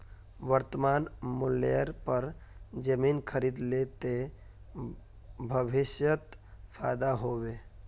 वर्तमान मूल्येर पर जमीन खरीद ले ते भविष्यत फायदा हो बे